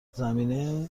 زمینه